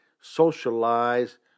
socialize